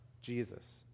Jesus